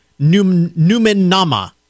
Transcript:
Numenama